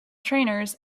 trainers